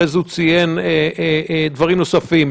אחרי זה הוא ציין דברים נוספים.